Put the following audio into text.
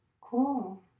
cool